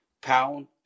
pound